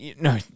No